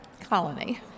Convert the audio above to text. colony